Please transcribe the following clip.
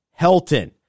Helton